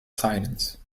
silence